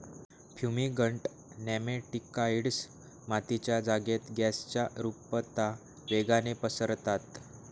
fumigant nematicides मातीच्या जागेत गॅसच्या रुपता वेगाने पसरतात